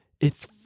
it's-